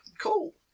Cool